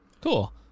Cool